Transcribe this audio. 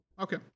Okay